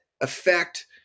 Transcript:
affect